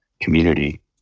community